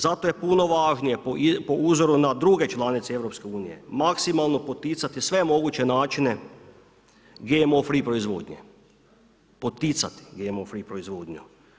Zato je punovažnije po uzoru na druge članice EU maksimalno poticati sve moguće načine GMO free proizvodnje, poticat GMO free proizvodnju.